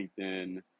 LinkedIn